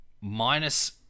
minus